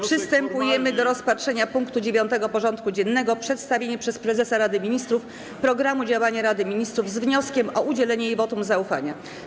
Przystępujemy do rozpatrzenia punktu 9. porządku dziennego: Przedstawienie przez prezesa Rady Ministrów programu działania Rady Ministrów z wnioskiem o udzielenie jej wotum zaufania.